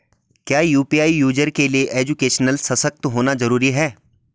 क्या UPI user के लिए एजुकेशनल सशक्त होना जरूरी है?